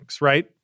right